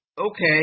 okay